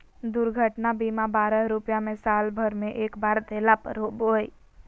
दुर्घटना बीमा बारह रुपया में साल भर में एक बार देला पर होबो हइ